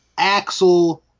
Axel